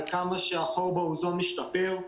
על כמה שהחור באוזון משתפר.